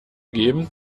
geben